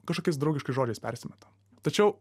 kažkokiais draugiškais žodžiais persimeta tačiau